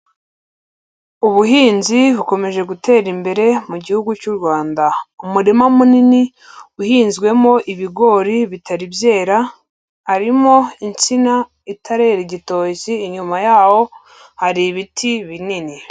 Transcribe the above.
Ubuhinzi bukomeje gutera imbere mu gihugu cy'u Rwanda, umurima munini uhinzwemo ibigori bitari byera, harimo insina itarera igitoki, inyuma yaho hari ibiti binini.